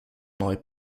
małej